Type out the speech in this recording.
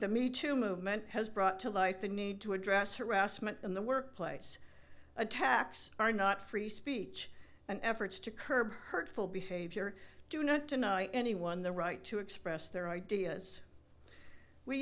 the meet to movement has brought to light the need to address rassmann in the workplace attacks are not free speech and efforts to curb hurtful behavior do not deny anyone the right to express their ideas we